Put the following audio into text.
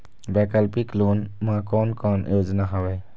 वैकल्पिक लोन मा कोन कोन योजना हवए?